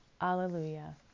Alleluia